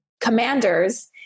commanders